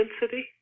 density